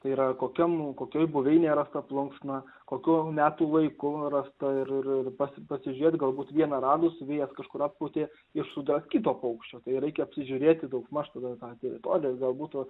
yra kokiam kokioj buveinėj rasta plunksna kokiu metų laiku rasta ir ir ir pasi pasižiūrėt galbūt vieną radus kažkur atpūtė iš sudraskyto paukščio tai reikia apsižiūrėti daugmaž tada tą teritoriją ir galbūt